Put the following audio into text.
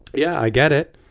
yeah i get it,